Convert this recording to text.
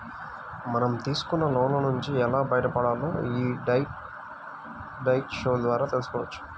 మనం తీసుకున్న లోన్ల నుంచి ఎలా బయటపడాలో యీ డెట్ డైట్ షో ద్వారా తెల్సుకోవచ్చు